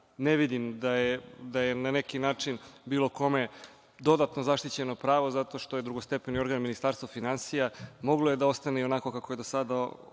Ne vidim da je na neki način bilo kome dodatno zaštićeno pravo, zato što je drugostepeni organ Ministarstva finansija. Moglo je da ostane i onako kako je do sada